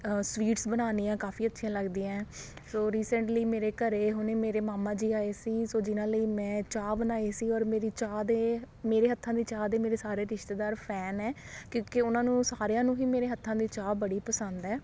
sweets ਬਣਾਉਣੀਆਂ ਕਾਫੀ ਅੱਛੀਆਂ ਲੱਗਦੀਆਂ ਸੋ ਰੀਸੈਟਲੀ ਮੇਰੇ ਘਰ ਹੁਣੇ ਮੇਰੇ ਮਾਮਾ ਜੀ ਆਏ ਸੀ ਸੋ ਜਿਹਨਾਂ ਲਈ ਮੈਂ ਚਾਹ ਬਣਾਈ ਸੀ ਔਰ ਮੇਰੀ ਚਾਹ ਦੇ ਮੇਰੇ ਹੱਥਾਂ ਦੀ ਚਾਹ ਦੇ ਮੇਰੇ ਸਾਰੇ ਰਿਸ਼ਤੇਦਾਰ ਫੈਨ ਹੈ ਕਿਉਂਕਿ ਉਹਨਾਂ ਨੂੰ ਸਾਰਿਆਂ ਨੂੰ ਹੀ ਮੇਰੇ ਹੱਥਾਂ ਦੀ ਚਾਹ ਬੜੀ ਪਸੰਦ ਹੈ